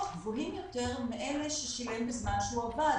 גבוהים יותר מאלה ששילם בזמן שהוא עבד,